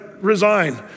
resign